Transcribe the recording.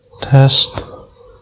test